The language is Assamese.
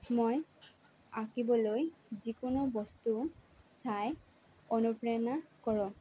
মই আঁকিবলৈ যিকোনো বস্তু চাই অনুপ্ৰেৰণা কৰোঁ